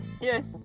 yes